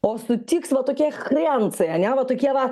o sutiks va tokie krencai ar ne va tokie va